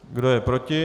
Kdo je proti?